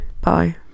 bye